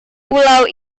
pulau